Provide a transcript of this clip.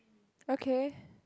okay